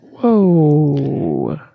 whoa